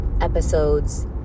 episodes